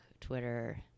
twitter